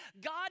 God